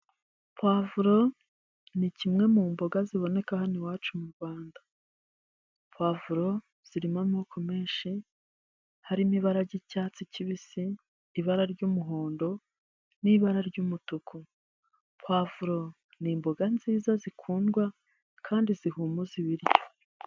Puwavuro ni kimwe mu mboga ziboneka hano iwacu mu Rwanda. Puwavuro zirimo amoko menshi harimo ibara ry'icyatsi kibisi, ibara ry'umuhondo n'ibara ry'umutuku. Puwavuro ni imboga nziza zikundwa kandi zihumuza ibiryo.